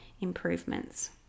improvements